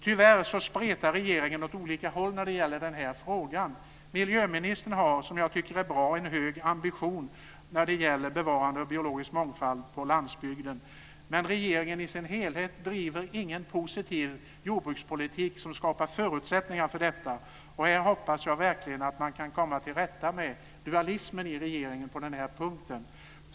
Tyvärr spretar regeringen åt olika håll när det gäller den här frågan. Miljöministern har, vilket jag tycker är bra, en hög ambition när det gäller bevarande av biologisk mångfald på landsbygden, men regeringen i sin helhet driver ingen positiv jordbrukspolitik som skapar förutsättningar för detta, och här hoppas jag verkligen att man kan komma till rätta med dualismen i regeringen på den här punkten.